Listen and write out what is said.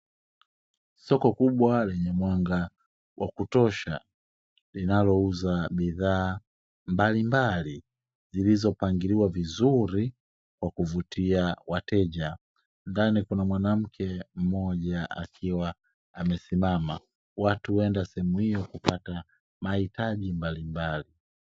Soko kubwa lenye mwanga wa kutosha, linalouza bidhaa mbalimbali zilizopangiliwa vizuri kwa kuvutia wateja, ndani kuna mwanamke mmoja akiwa amesimama. Watu huenda sehemu hiyo kupata mahitaji mbalimbali.